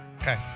Okay